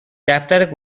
دفتر